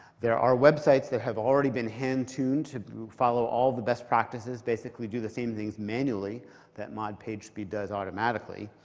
there are websites that have already been hand tuned to follow all the best practices, basically do the same things manually that mod pagespeed does automatically.